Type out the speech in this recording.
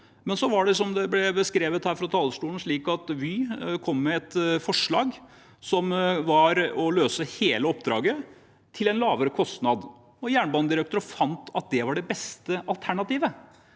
de også, men som det ble beskrevet her fra talerstolen, kom Vy med et forslag som var å løse hele oppdraget til en lavere kostnad, og Jernbanedirektoratet fant at det var det beste alternativet.